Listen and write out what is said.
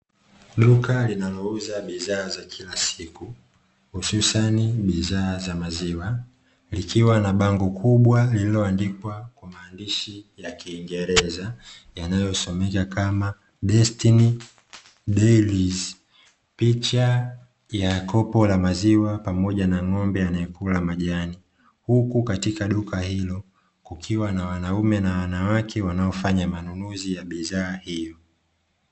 Duka linalouza bidhaa za kila siku hususani bidhaa za maziwa likiwa na bango kubwa, lililoandikwa kwa maandishi ya kiingereza yanayosomeka kama "Destiny dairies" picha ya kopo la maziwa pamoja na ng'ombe anayekula majani, huku katika duka hilo kukiwa na wanaume na wanawake wanaofanya manunuzi ya bidhaa hiyo.